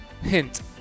Hint